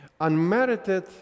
Unmerited